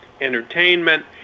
entertainment